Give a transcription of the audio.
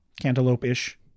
Cantaloupe-ish